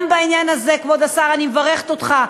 גם בעניין הזה, כבוד השר, אני מברכת אותך.